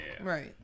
right